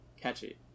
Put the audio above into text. catchy